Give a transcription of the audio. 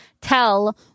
tell